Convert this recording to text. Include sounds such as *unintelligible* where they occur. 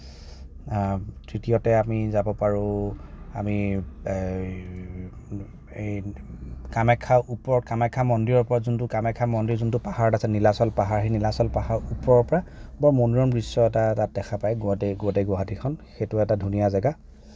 তৃতীয়তে আমি যাব পাৰোঁ আমি এই কামাখ্যা ওপৰত কামাখ্যা মন্দিৰৰ ওপৰত যোনটো কামাখ্যা মন্দিৰ যোনটো পাহাৰত আছে নীলাচল পাহাৰ সেই নীলাচল পাহাৰৰ ওপৰৰ পৰা বৰ মনোৰম দৃশ্য এটা তাত দেখা পায় *unintelligible* গুৱাহাটীৰ গোটেই গুৱাহাটীখন সেইটো এটা ধুনীয়া জেগা